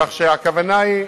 כך שהכוונה היא,